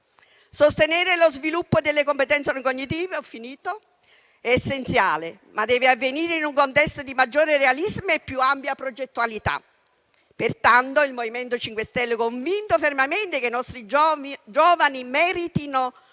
Sostenere lo sviluppo delle competenze non cognitive è essenziale, ma deve avvenire in un contesto di maggiore realismo e più ampia progettualità. Pertanto, il MoVimento 5 Stelle, convinto fermamente che i nostri giovani meritino più